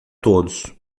todos